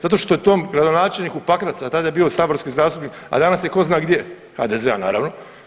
Zato što je tom gradonačelniku Pakraca, tada je bio saborski zastupnik, a danas je tko zna gdje, HDZ-a naravno.